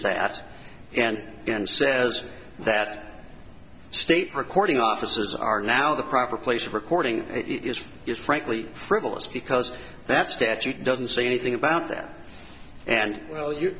that and and says that state recording offices are now the proper place of recording it is is frankly frivolous because that's statute doesn't say anything about that and well you